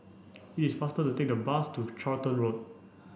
it is faster to take the bus to Charlton Road